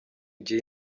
gihe